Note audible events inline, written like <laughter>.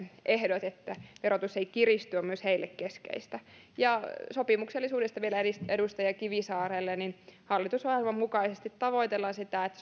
ehdot ja se että verotus ei kiristy on myös heille keskeistä sopimuksellisuudesta vielä edustaja kivisaarelle hallitusohjelman mukaisesti tavoitellaan sitä että <unintelligible>